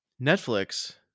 Netflix